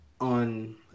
on